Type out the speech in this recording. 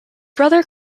brother